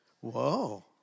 Whoa